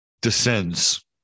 descends